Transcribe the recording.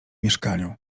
mieszkaniu